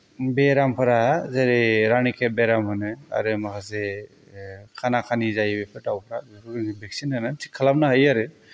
बेरामफोरा जेरै रानिखेत बेमार होनो आरो माखासे खाना खानि जायो बेफोर दावफोरा बेखौ जोङो भेक्सिन होना थिक खालामनो हायो आरो